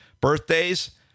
Birthdays